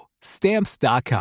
Stamps.com